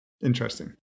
Interesting